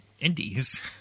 Indies